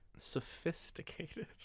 sophisticated